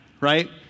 right